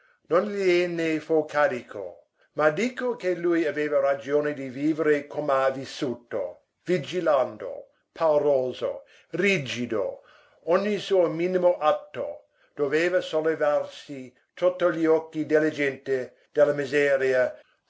riprese non gliene fo carico ma dico che lui aveva ragione di vivere com'ha vissuto vigilando pauroso rigido ogni suo minimo atto doveva sollevarsi sotto gli occhi della gente dalla miseria